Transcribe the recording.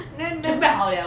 then then then